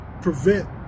prevent